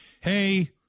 hey